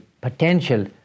potential